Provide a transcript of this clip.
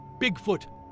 Bigfoot